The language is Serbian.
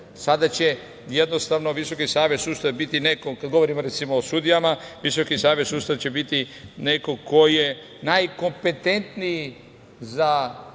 Sada će jednostavno, Visoki savet sudstva biti neko, kada govorimo o sudijama, Visoki savet sudstva će biti neko ko je najkompetentniji za